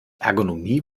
ergonomie